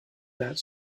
that